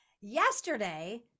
Yesterday